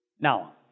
Now